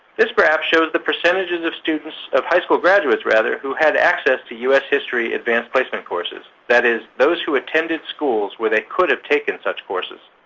this graph shows the percentages of the students, of high school graduates rather, who had access to u s. history advanced placement courses that is, those who attended schools where they could have taken such courses